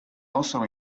also